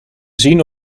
zien